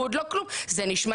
אנחנו יודעים